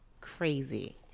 crazy